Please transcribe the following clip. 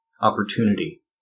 opportunity